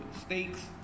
steaks